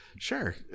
sure